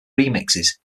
remixes